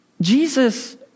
Jesus